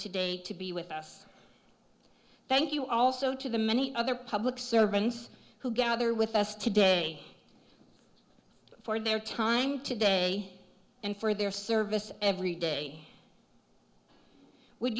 today to be with us thank you also to the many other public servants who gather with us today for their time today and for their service every day would